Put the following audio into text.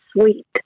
sweet